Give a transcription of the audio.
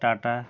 tata